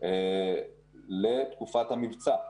לתקופת המבצע.